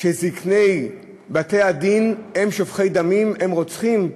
שזקני בתי-הדין הם שופכי דמים, הם רוצחים?